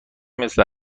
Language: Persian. مثل